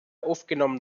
aufgenommen